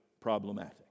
problematic